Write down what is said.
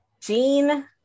Jean